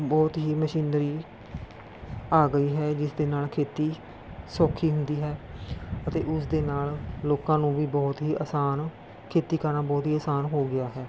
ਬਹੁਤ ਹੀ ਮਸ਼ੀਨਰੀ ਆ ਗਈ ਹੈ ਜਿਸਦੇ ਨਾਲ ਖੇਤੀ ਸੌਖੀ ਹੁੰਦੀ ਹੈ ਅਤੇ ਉਸਦੇ ਨਾਲ ਲੋਕਾਂ ਨੂੰ ਵੀ ਬਹੁਤ ਹੀ ਆਸਾਨ ਖੇਤੀ ਕਰਨਾ ਬਹੁਤ ਹੀ ਆਸਾਨ ਹੋ ਗਿਆ ਹੈ